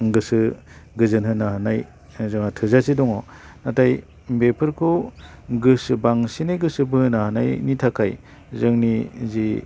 गोसो गोजोन होनो हानाय जोंहा थोजासे दङ नाथाय बेफोरखौ गोसो बांसिनै गोसो बोहोनो हानायनि थाखाय जोंनि जि